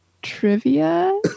Trivia